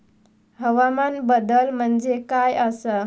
हवामान बदल म्हणजे काय आसा?